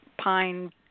pine